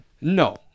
No